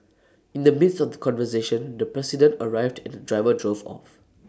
in the midst of the conversation the president arrived and the driver drove off